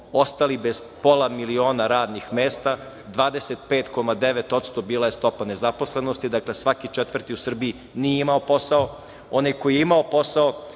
ostali bez pola miliona radnih mesta, 25,9% bila je stopa nezaposlenosti, dakle svaki četvrti u Srbiji nije imao posao,